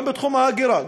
גם בתחום ההגירה,